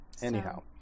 Anyhow